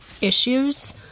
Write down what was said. issues